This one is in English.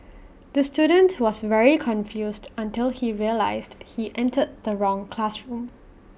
the student was very confused until he realised he entered the wrong classroom